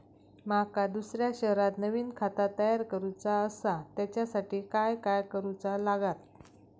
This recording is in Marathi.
माका दुसऱ्या शहरात नवीन खाता तयार करूचा असा त्याच्यासाठी काय काय करू चा लागात?